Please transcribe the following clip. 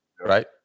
right